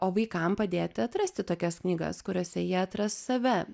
o vaikam padėti atrasti tokias knygas kuriose jie atras save